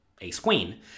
Ace-Queen